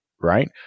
right